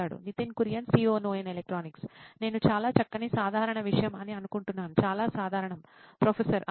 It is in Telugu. నితిన్ కురియన్ COO నోయిన్ ఎలక్ట్రానిక్స్ నేను చాలా చక్కని సాధారణ విషయం అని అనుకుంటున్నాను చాలా సాధారణo ప్రొఫెసర్ అలాగే